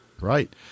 right